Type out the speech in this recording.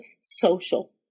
social